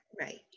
right